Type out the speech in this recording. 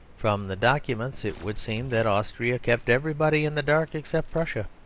from the documents it would seem that austria kept everybody in the dark, except prussia.